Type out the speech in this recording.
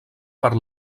per